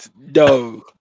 no